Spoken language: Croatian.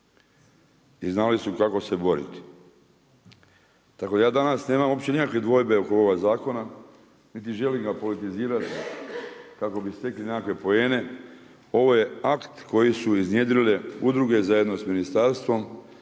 I znali su kako se boriti. Tako ja danas nemam uopće nikakvih dvojbi oko ovog zakona, niti želim ga politizirati, kako bi stekli nekakve poene. Ovo je akt koje su iznjedrile udruge zajedno s ministarstvom.